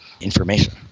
information